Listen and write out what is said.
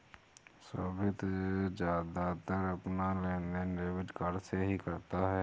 सोभित ज्यादातर अपना लेनदेन डेबिट कार्ड से ही करता है